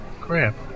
Crap